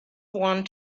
want